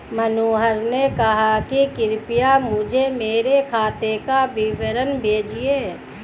मनोहर ने कहा कि कृपया मुझें मेरे खाते का विवरण भेजिए